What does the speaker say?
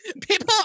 People